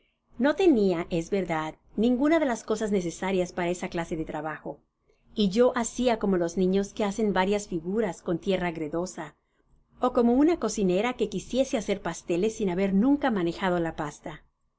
no tenia es verdad ninguna de las cosas necesarias para esa clase de trabajo y yo hacia como los nido que hacen arias figuras con tierra gredosa ó como una cocinera rae quisiese hacer paste es sin haber nunca manejado la pasta